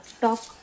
talk